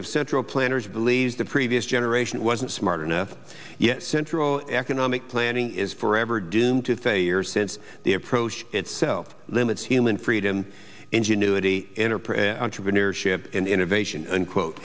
of central planners believes the previous generation wasn't smart enough yet central economic planning is forever doomed to failure since the approach itself limits human freedom ingenuity enterprise and entrepreneurship innovation unquote